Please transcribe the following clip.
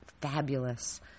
fabulous